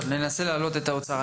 טוב, ננסה להעלות את האוצר.